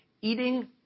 eating